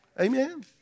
Amen